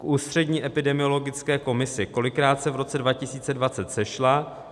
K Ústřední epidemiologické komisi kolikrát se v roce 2020 sešla?